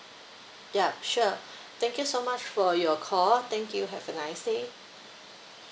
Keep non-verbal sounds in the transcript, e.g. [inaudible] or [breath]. yup sure [breath] thank you so much for your call thank you have a nice day